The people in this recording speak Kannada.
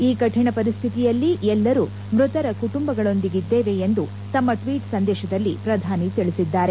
ಈ ಕರಿಣ ಪರಿಸ್ತಿತಿಯಲ್ಲಿ ಎಲ್ಲರೂ ಮ್ಖತರ ಕುಟುಂಬಗಳೊಂದಿಗಿದ್ದೇವೆ ಎಂದು ತಮ್ಮ ಟ್ಲೀಟ್ ಸಂದೇಶದಲ್ಲಿ ಪ್ರಧಾನಿ ಮೋದಿ ತಿಳಿಸಿದ್ದಾರೆ